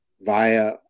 via